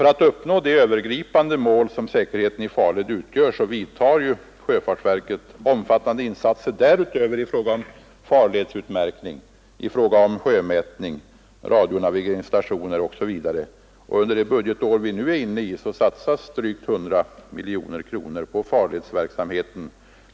För att uppnå de övergripande mål som säkerheten i farled utgör vidtar sjöfartsverket omfattande insatser därutöver i fråga om farledsutmärkning, sjömätning, radionavigeringsstationer osv. Under innevarande budgetår satsas drygt 100 miljoner kronor på farledsverksamheten.